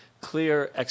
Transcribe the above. clear